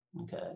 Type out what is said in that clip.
okay